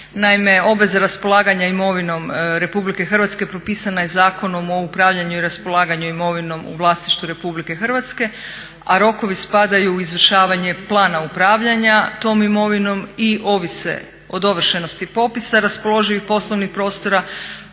Naime, obveza raspolaganja imovinom RH propisana je Zakonom o upravljanju i raspolaganju imovinom u vlasništvu RH, a rokovi spadaju u izvršavanje plana upravljanja tom imovinom i ovise o dovršenosti popisa raspoloživih poslovnih prostora,